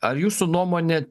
ar jūsų nuomone